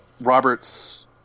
Robert's